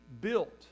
built